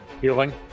Healing